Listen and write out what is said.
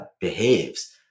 behaves